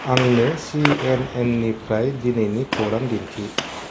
आंनो C N N निफ्राय दिनैनि खौरां दिन्थि